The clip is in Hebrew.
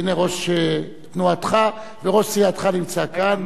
הנה, ראש תנועתך וראש סיעתך נמצא כאן.